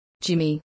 Jimmy